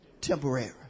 temporary